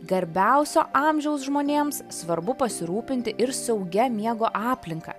garbiausio amžiaus žmonėms svarbu pasirūpinti ir saugia miego aplinka